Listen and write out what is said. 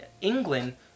England